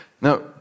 Now